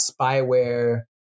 spyware